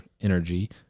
energy